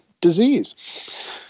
disease